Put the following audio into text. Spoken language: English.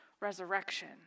resurrection